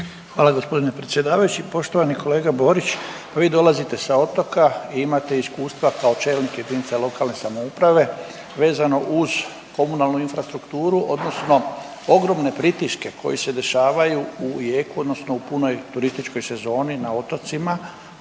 Hvala gospodine predsjedavajući. Poštovani kolega Borić, pa vi dolazite sa otoka i imate iskustva kao čelnik jedinica lokalne samouprave vezano uz komunalnu infrastrukturu odnosno ogromne pritiske koji se dešavaju u jeku odnosno u punoj turističkoj sezoni na otocima.